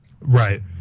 Right